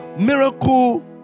Miracle